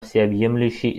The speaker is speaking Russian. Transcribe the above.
всеобъемлющей